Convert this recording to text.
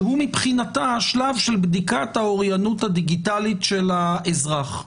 שהוא מבחינתה שלב של בדיקת האוריינות הדיגיטלית של האזרח.